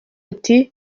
ati